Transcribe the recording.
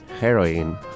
heroin